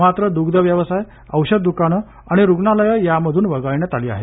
मात्र दुग्धव्यवसाय औषधं दुकानं आणि रुग्णालयं यामधून वगळण्यात आली आहेत